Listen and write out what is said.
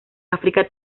áfrica